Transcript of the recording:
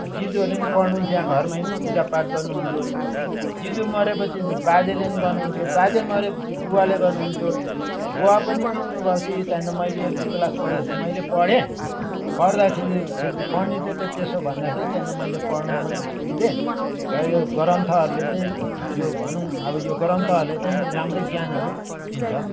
जिजूहरूले पनि पढ्नुहुन्थ्यो यहाँ घरमै पूजा पाठ गर्नुहुन्थ्यो जिजू मरेपछि पनि बाजेले पनि गर्नुहुन्थ्यो बाजे मरेपछि बुवाले गर्नुहुन्थ्यो बुवा पनि बित्नुभएपछि त्यहाँदेखि मैले एक दुई क्लास पढ्दै थिएँ मैले पढेँ पढ्दाखेरि खेरि पण्डितले चाहिँ त्यसो भन्दाखेरि त्यहाँदेखि मैले पढ्नु पनि छोडिदिएँ र यो ग्रन्थहरूले चाहिँ यो भनौँ अब यो ग्रन्थहरूले चाहिँ राम्रै ज्ञानहरू दिन्छ